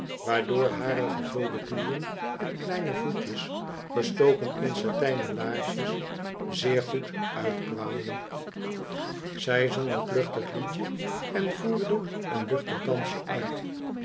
waardoor hare gevulde knieën en kleine voetjes gestoken in satijnen laarsjes zeer goed uitkwamen zij zong een kluchtig liedje en voerde een luchtig dansje uit